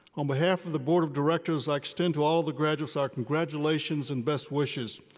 on behalf of the board of directors, i extend to all the graduates our congratulations and best wishes.